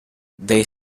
they